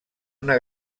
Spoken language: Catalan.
una